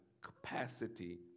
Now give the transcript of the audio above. capacity